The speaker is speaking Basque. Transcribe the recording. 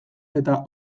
eta